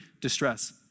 distress